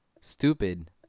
stupid